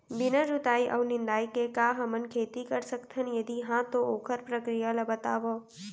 बिना जुताई अऊ निंदाई के का हमन खेती कर सकथन, यदि कहाँ तो ओखर प्रक्रिया ला बतावव?